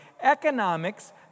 economics